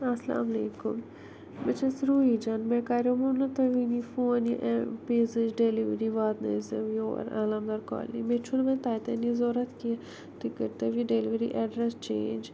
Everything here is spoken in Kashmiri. اسلام علیکُم بہٕ چھَس روحی جان مےٚ کریومو نہ تۄہہِ وٕنی فون یہ ایٚم پِزہٕچ ڈیلوری واتنٲزیٚو یور عَلمدار کالنی مےٚ چھُ نہٕ وۄنۍ تَتیٚن یہِ ضوٚرتھ کینٛہہ تُہۍ کٔرتو یہِ ڈیٚلوری ایٚڈرس چینٛج